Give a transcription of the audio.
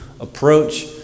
approach